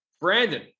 Brandon